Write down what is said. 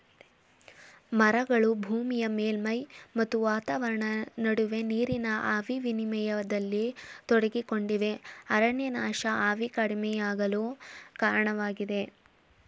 ಮರಗಳು ಭೂಮಿಯ ಮೇಲ್ಮೈ ಮತ್ತು ವಾತಾವರಣ ನಡುವೆ ನೀರಿನ ಆವಿ ವಿನಿಮಯದಲ್ಲಿ ತೊಡಗಿಕೊಂಡಿವೆ ಅರಣ್ಯನಾಶ ಆವಿ ಕಡಿಮೆಯಾಗಲು ಕಾರಣವಾಗಿದೆ